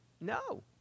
No